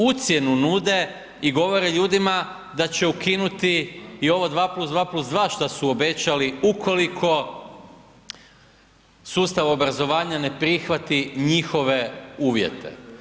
Ucjenu nude i govore ljudima da će ukinuti i ovo 2+2+2 šta su obećali ukoliko sustav obrazovanja ne prihvati njihove uvjete.